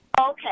Okay